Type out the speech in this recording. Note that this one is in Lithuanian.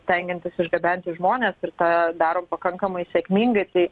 stengiantis išgabenti žmones ir tą darom pakankamai sėkmingai tai